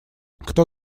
кто